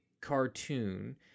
cartoon